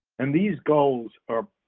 and these goals are